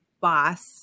boss